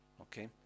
okay